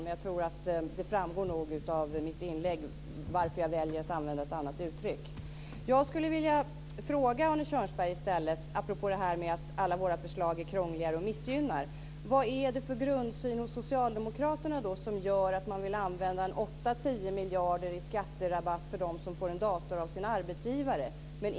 Men jag tror nog att det framgick av mitt inlägg varför jag väljer att använda ett annat uttryck. Jag skulle vilja fråga Arne Kjörnsberg, apropå detta att alla våra förslag är krångliga och missgynnar, vad det är för grundsyn hos socialdemokraterna som gör att ni vill använda åtta tio miljarder i skatterabatt till dem som får en dator av sin arbetsgivare.